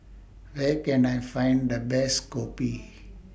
Where Can I Find The Best Kopi